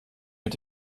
mit